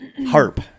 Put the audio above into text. harp